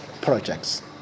projects